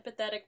empathetic